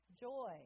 joy